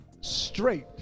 straight